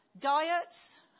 diets